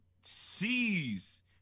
sees